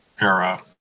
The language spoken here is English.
era